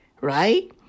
Right